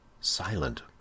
silent